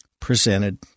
presented